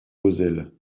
moselle